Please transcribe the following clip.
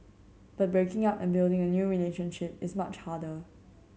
but breaking up and building a new relationship is much harder